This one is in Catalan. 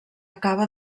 acaba